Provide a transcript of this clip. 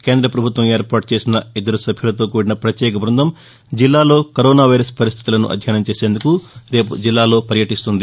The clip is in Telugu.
కేంద్ర ప్రభుత్వం ఏర్పాటు చేసిన ఇద్దరు సభ్యులతో కూడిన ప్రత్యేక బృందం జిల్లాలో కరోనా వైరస్ పరిస్టితులను అధ్యయనం చేసేందుకు రేపు జిల్లాలో పర్యటిస్తుంది